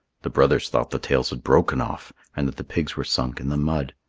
the brothers thought the tails had broken off and that the pigs were sunk in the mud.